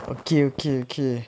okay okay okay